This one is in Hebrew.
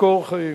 מקור חיים.